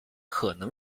可能